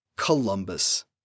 Columbus